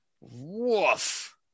Woof